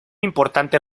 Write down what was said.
importante